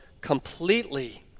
completely